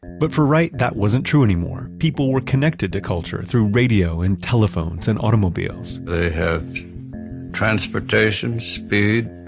but for wright, that wasn't true anymore. people were connected to culture through radio and telephones and automobiles they have transportation speed,